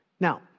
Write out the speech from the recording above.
Now